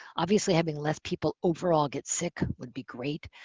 obviously, having less people overall get sick would be great.